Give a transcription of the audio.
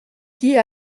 dit